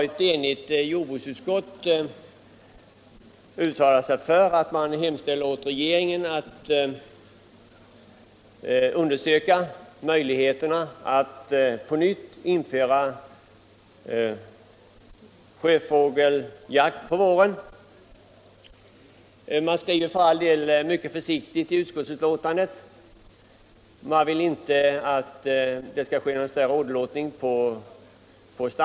Ett enhälligt jordbruksutskott har hemställt att riksdagen skall ge regeringen till känna vad utskottet uttalat om undersökning av möjligheterna att på nytt införa sjöfågeljakt på våren. Utskottet skriver för all del mycket försiktigt i sitt betänkande och vill inte att stammarna skall drabbas av någon större åderlåtning.